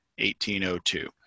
1802